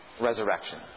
resurrection